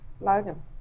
Logan